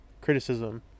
criticism